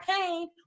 pain